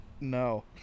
no